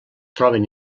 troben